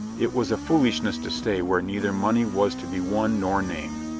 it was a foolishness to stay where neither money was to be won nor name.